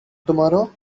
tomorrow